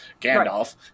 Gandalf